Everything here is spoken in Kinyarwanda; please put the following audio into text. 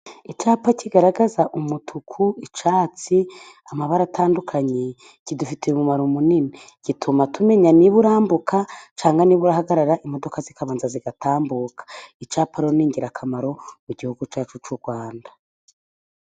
Icyapa kigaragaza umutuku, icyatsi, amabara atandukanye kidufitiye umumaro munini, gituma tumenya niba urambuka cyangwa niba urahagarara imodoka zikabanza zigatambuka. Icyapa rero ni ingirakamaro mu gihugu cyacu cy'u Rwanda.